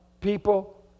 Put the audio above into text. people